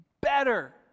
better